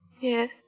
Yes